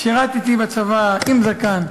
שירתי בצבא, עם זקן.